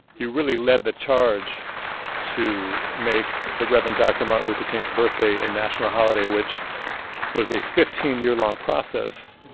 you really led the charge to make the reverend dr. martin luther king's birthday a national holiday, which was a fifteen year long process.